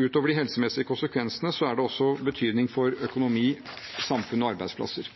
Utover de helsemessige konsekvensene har det betydning for økonomi, samfunn og arbeidsplasser.